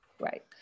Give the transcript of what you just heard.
right